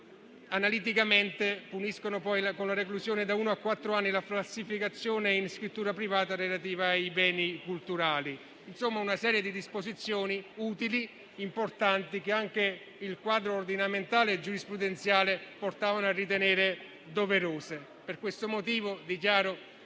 analiticamente, con la reclusione da uno a quattro anni, la falsificazione in scrittura privata relativa ai beni culturali. Insomma, una serie di disposizioni utili, importanti, che anche il quadro ordinamentale e giurisprudenziale portava a ritenere doverose. Per questo motivo, dichiaro